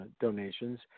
donations